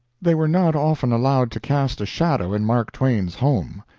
they were not often allowed to cast a shadow in mark twain's home.